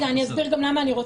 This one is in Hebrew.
אסביר גם למה אני רוצה.